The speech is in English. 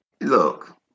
look